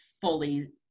fully